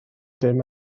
dim